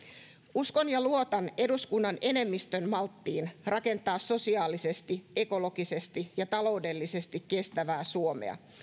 uskon ja luotan eduskunnan enemmistön malttiin rakentaa sosiaalisesti ekologisesti ja taloudellisesti kestävää suomea